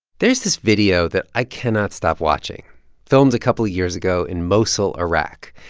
there's this video that i cannot stop watching filmed a couple years ago in mosul, iraq,